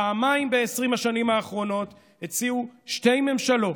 פעמיים ב-20 השנים האחרונות הציעו שתי ממשלות,